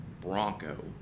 bronco